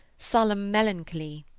sullome melancholy?